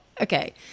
okay